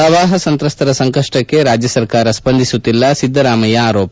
ಪ್ರವಾಹ ಸಂತ್ರಸ್ತರ ಸಂಕಷ್ಟಕ್ಕೆ ರಾಜ್ಯ ಸರ್ಕಾರ ಸ್ಪಂದಿಸುತ್ತಿಲ್ಲ ಸಿದ್ದರಾಮಯ್ಯ ಆರೋಪ